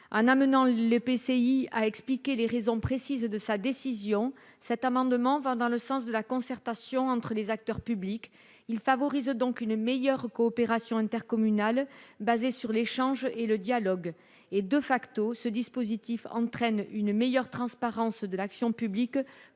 En amenant celui-ci à expliquer les raisons précises de sa décision, cette proposition va dans le sens de la concertation entre les acteurs publics. Elle favorise donc une meilleure coopération intercommunale basée sur l'échange et le dialogue., ce dispositif aurait pour conséquence une meilleure transparence de l'action publique